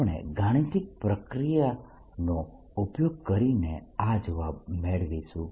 આપણે ગાણિતીક પ્રક્રિયાઓનો ઉપયોગ કરીને આ જવાબ મેળવીશું